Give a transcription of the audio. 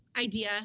idea